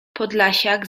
podlasiak